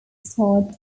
starred